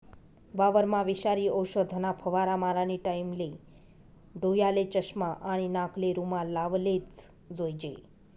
वावरमा विषारी औषधना फवारा मारानी टाईमले डोयाले चष्मा आणि नाकले रुमाल लावलेच जोईजे